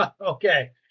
Okay